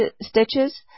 stitches